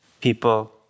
People